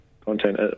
content